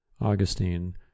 Augustine